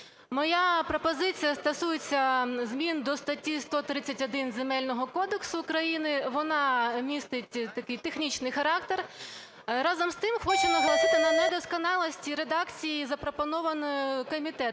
Моя пропозиція стосується змін до статті 131 Земельного кодексу України. Вона містить такий технічний характер. Разом з тим хочу наголосити на недосконалості редакції, запропонованої комітетом.